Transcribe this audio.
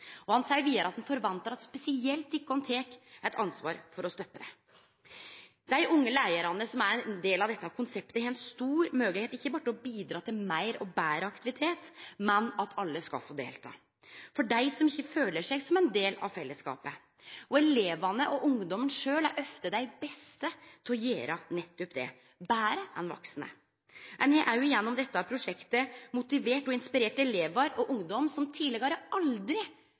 Han sa vidare at han forventa at dei spesielt tok eit ansvar for å stoppe det. Dei unge leiarane som er ein del av dette konseptet, har ei stor moglegheit ikkje berre til å bidra til meir og betre aktivitet for dei som ikkje føler seg som ein del av fellesskapet, men til at alle skal få delta. Elevane og ungdommen sjølve er ofte dei beste til å gjere nettopp det – betre enn vaksne. Ein har òg gjennom dette prosjektet motivert og inspirert elevar og ungdom som tidlegare aldri